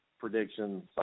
predictions